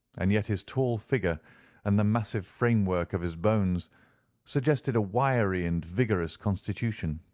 and yet his tall figure and the massive framework of his bones suggested a wiry and vigorous constitution.